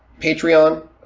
Patreon